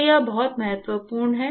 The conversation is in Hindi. तो यह बहुत महत्वपूर्ण है